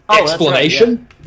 explanation